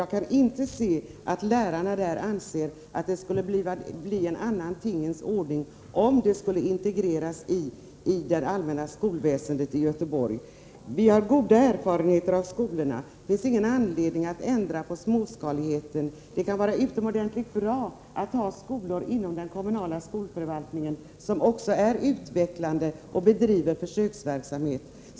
Jag kan inte se att lärarna anser att de skulle bli en annan tingens ordning om skolorna skulle integreras i det allmänna skolväsendet i Göteborg. Vi har goda erfarenheter av skolorna. Det finns ingen anledning att ändra på småskaligheten. Det kan vara utomordentligt bra att ha skolor inom den kommunala skolförvaltningen som också är utvecklande och som bedriver försöksverksamhet.